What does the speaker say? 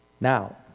Now